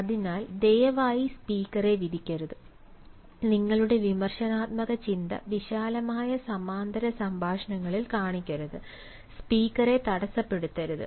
അതിനാൽ ദയവായി സ്പീക്കറെ വിധിക്കരുത് നിങ്ങളുടെ വിമർശനാത്മക ചിന്ത വിശാലമായ സമാന്തര സംഭാഷണങ്ങളിൽ കാണിക്കരുത് സ്പീക്കറെ തടസ്സപ്പെടുത്തരുത്